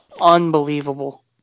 unbelievable